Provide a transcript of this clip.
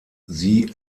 sie